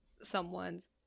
someone's